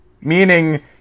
Meaning